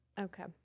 Okay